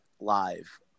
live